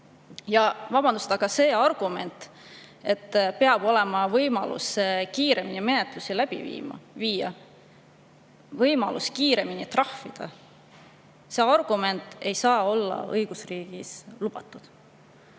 Vabandust, aga see argument, et peab olema võimalus kiiremini menetlusi läbi viia, kiiremini trahvida, ei saa olla õigusriigis lubatud.